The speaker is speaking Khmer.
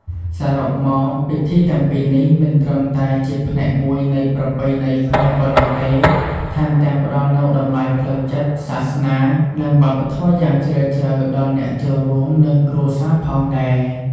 សរុបមក ពិធីទាំងពីរនេះមិនត្រឹមតែជាផ្នែកមួយនៃប្រពៃណីខ្មែរប៉ុណ្ណោះទេ ថែមទាំងផ្តល់នូវតម្លៃផ្លូវចិត្ត សាសនា និងវប្បធម៌យ៉ាងជ្រាលជ្រៅដល់អ្នកចូលរួម និងគ្រួសារផងដែរ។